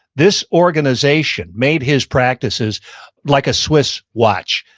this organization made his practices like a swiss watch.